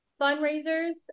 fundraisers